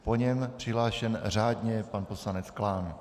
Po něm přihlášen řádně pan poslanec Klán.